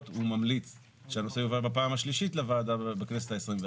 הוא ממליץ שהנושא יובא בפעם השלישית לוועדה בכנסת ה-24.